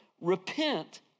repent